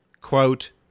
quote